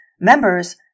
members